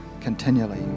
continually